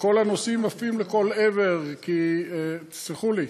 וכל הנוסעים עפים לכל עבר, כי תסלחו לי,